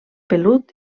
pelut